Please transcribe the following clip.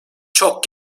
çok